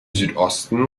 südosten